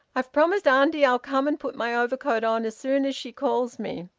i've promised auntie i'll come and put my overcoat on as soon as she calls me.